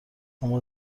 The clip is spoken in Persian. اما